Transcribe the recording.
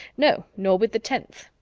no, nor with the tenth.